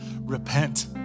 repent